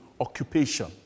occupation